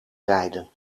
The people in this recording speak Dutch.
rijden